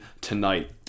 tonight